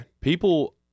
people